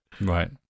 Right